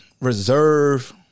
Reserve